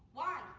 why?